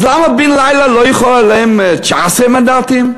אז למה בן לילה לא יחול עליהם, 19 מנדטים?